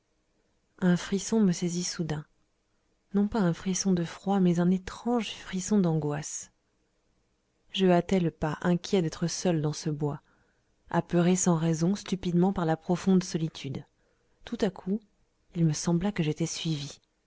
un frisson me saisit soudain non pas un frisson de froid mais un étrange frisson d'angoisse je hâtai le pas inquiet d'être seul dans ce bois apeuré sans raison stupidement par la profonde solitude tout à coup il me sembla que j'étais suivi